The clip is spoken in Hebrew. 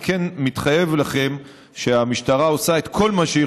אני כן מתחייב לכם שהמשטרה עושה כל מה שהיא